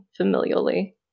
familially